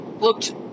looked